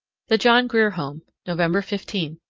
the john grier home, november fifteen.